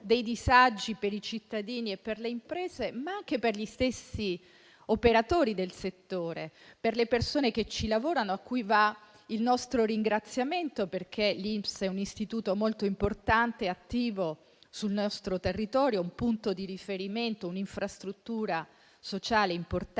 non solo per i cittadini e le imprese, ma anche per gli stessi operatori del settore e le persone che ci lavorano, a cui va il nostro ringraziamento. L'INPS è infatti un istituto molto importante e attivo sul nostro territorio, un punto di riferimento e un'infrastruttura sociale importante,